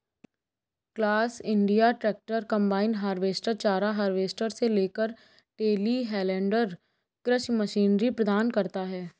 class India tractor, combine harvester, चारा harvester से लेकर टेलीहैंडलर कृषि मशीनरी प्रदान करता है